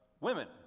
women